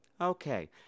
Okay